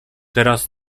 teraz